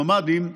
הממ"דים,